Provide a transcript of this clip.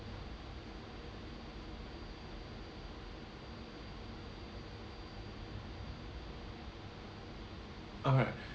alright